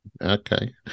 Okay